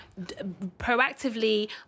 proactively